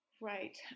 Right